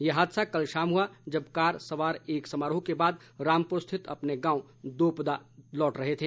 यह हादसा कल शाम हुआ जब कार सवार एक समारोह के बाद रामपुर स्थित अपने गांव दोपदा लौट रहे थे